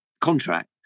contract